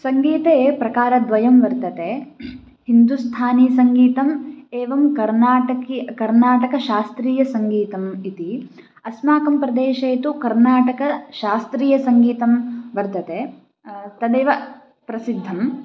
सङ्गीते प्रकारद्वयं वर्तते हिन्दुस्थानिसङ्गीतम् एवं कर्नाटकी कर्नाटकशास्त्रीयसङ्गीतम् इति अस्माकं प्रदेशे तु कर्नाटकशास्त्रीयसङ्गीतं वर्तते तदेव प्रसिद्धं